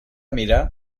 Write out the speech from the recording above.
mirar